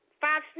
Five